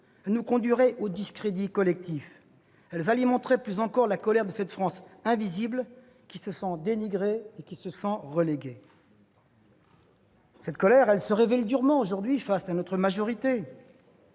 Elles nous conduiraient au discrédit collectif. Elles alimenteraient plus encore la colère de cette France invisible, qui se sent dénigrée et reléguée. Cette colère se révèle durement aujourd'hui face à notre majorité,